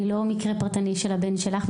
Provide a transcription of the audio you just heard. היא לא מקרה פרטני של הבן שלך,